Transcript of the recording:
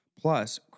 Plus